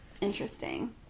Interesting